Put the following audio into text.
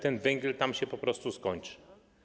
Ten węgiel tam się po prostu skończy.